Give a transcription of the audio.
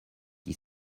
qui